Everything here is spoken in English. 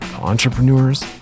entrepreneurs